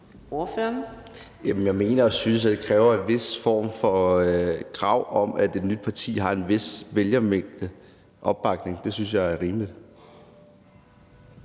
jeg mener og synes, at der skal være en vis form for krav om, at et nyt parti har en vis vælgeropbakning. Det synes jeg er rimeligt.